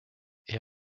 est